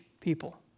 people